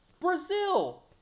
Brazil